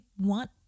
want